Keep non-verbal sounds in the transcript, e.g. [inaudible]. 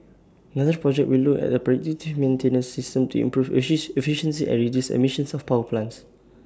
another project will look at A predictive maintenance system to improve [unintelligible] efficiency and reduce emissions of power plants